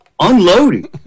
Unloading